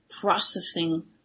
processing